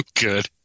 good